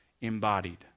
embodied